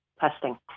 testing